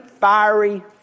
fiery